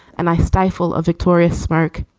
and i stifle a victorious smirk.